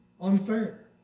unfair